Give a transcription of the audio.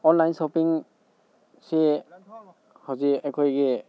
online ꯁꯣꯞꯄꯤꯡꯁꯦ ꯍꯧꯖꯤꯛ ꯑꯩꯈꯣꯏꯒꯤ